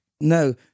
No